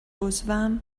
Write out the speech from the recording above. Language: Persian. عضوم